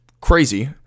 crazy